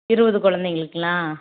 இருபது குழந்தைங்களுக்ளா